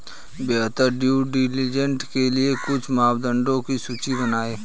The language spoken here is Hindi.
बेहतर ड्यू डिलिजेंस के लिए कुछ मापदंडों की सूची बनाएं?